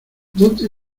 dónde